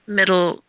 middle